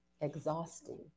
exhausting